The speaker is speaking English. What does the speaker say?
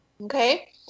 okay